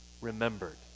remembered